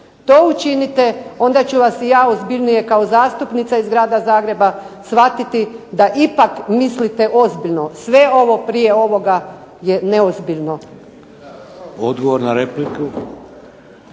To učinite, onda ću vas i ja ozbiljnije kao zastupnica iz grada Zagreba shvatiti da ipak mislite ozbiljno. Sve ovo prije ovoga je neozbiljno. **Šeks,